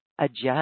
adjust